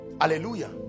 Hallelujah